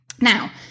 Now